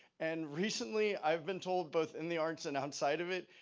and recently, i've been told both in the arts and outside of it,